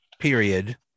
period